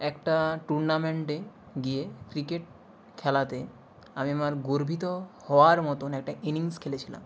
একটা টুর্নামেন্টে গিয়ে ক্রিকেট খেলাতে আমি আমার গর্বিত হওয়ার মতন একটা ইনিংস খেলেছিলাম